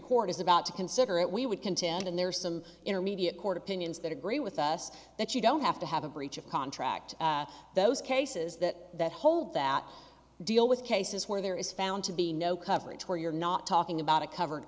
court is about to consider it we would contend and there are some intermediate court opinions that agree with us that you don't have to have a breach of contract those cases that hold that deal with cases where there is found to be no coverage where you're not talking about a covered